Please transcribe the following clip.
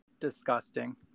disgusting